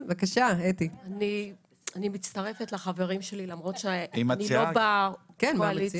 אני מצטרפת לחברים שלי, למרות שאני לא בקואליציה.